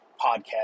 podcast